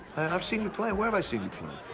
i've seen you play, where have i seen you play?